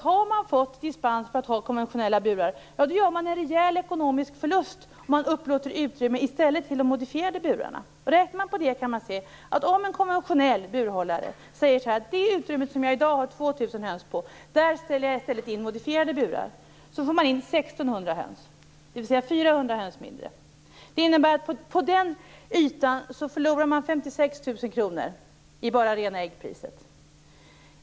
Har man fått dispens för konventionella burar gör man en rejäl ekonomisk förlust om man i stället upplåter utrymmet för modifierade burar. Om en burhållare som har konventionella burar ställer in modifierade burar i ett utrymme där vederbörande i dag har 2 000 höns går det att få in endast 1 600 höns, dvs. 400 höns färre. Det innebär att man på nämnda yta förlorar 56 000 kr, enbart sett till äggpriset.